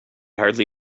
hardly